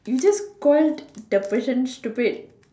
you just called the person stupid